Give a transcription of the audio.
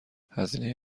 هزینه